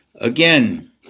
Again